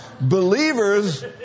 Believers